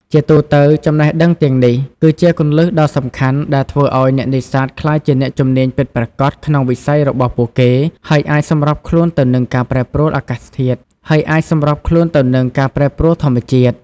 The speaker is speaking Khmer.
ជាទូទៅ ចំណេះដឹងទាំងនេះគឺជាគន្លឹះដ៏សំខាន់ដែលធ្វើឱ្យអ្នកនេសាទក្លាយជាអ្នកជំនាញពិតប្រាកដក្នុងវិស័យរបស់ពួកគេ ហើយអាចសម្របខ្លួនទៅនឹងការប្រែប្រួលធម្មជាតិ។